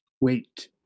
Wait